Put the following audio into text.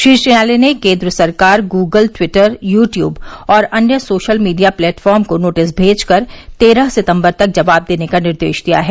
शीर्ष न्यायालय ने केन्द्र सरकार गूगल ट्वीटर यू ट्वूब और अन्य सोशल मीडिया प्लेटफार्म को नोटिस भेजकर तेरह सितम्बर तक जवाब देने का निर्देश दिया है